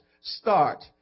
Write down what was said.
start